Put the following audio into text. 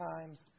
times